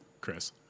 Chris